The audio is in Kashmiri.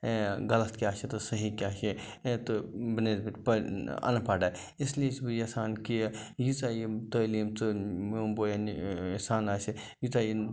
غلط کیٛاہ چھِ تہٕ صحیح کیٛاہ چھِ تہٕ بَہ نصبت اَن پَڑا اِسلیے چھُس بہٕ یَژھان کہِ ییٖژاہ یِم تٲلیٖم ژٕر میون بوے یا سَن آسہِ ییٖژاہ یِم